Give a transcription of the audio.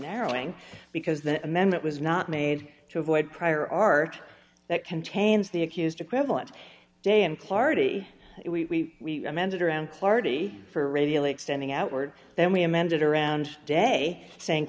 narrowing because the amendment was not made to avoid prior art that contains the accused equivalent day in clardy it we amended around clardy for radio extending outward then we amended around day sayin